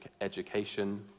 education